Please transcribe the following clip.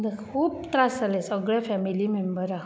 खूब त्रास जाले सगळें फेमिली मेंबराक